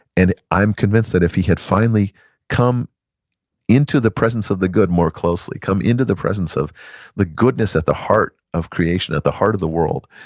and i'm convinced that if he had finally come into the presence of the good more closely, come into the presence of the goodness at the heart of creation, at the heart of the world,